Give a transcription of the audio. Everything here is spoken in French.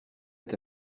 est